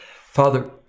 Father